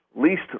least